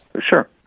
Sure